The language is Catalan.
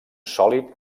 sòlid